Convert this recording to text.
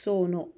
Sono